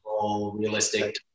Realistic